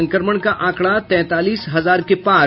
संक्रमण का आंकड़ा तैंतालीस हजार के पार